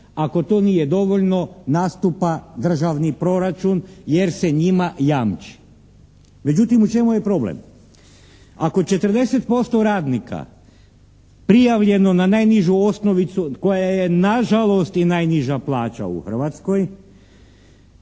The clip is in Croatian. Ako to nije dovoljno nastupa državni proračun jer se njima jamči. Međutim u čemu je problem? Ako 40% radnika prijavljeno na najnižu osnovicu koja je nažalost i najniža plaća u Hrvatskoj